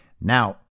Now